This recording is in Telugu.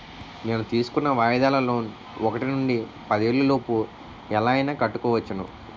నేను తీసుకున్న వాయిదాల లోన్ ఒకటి నుండి పదేళ్ళ లోపు ఎలా అయినా కట్టుకోవచ్చును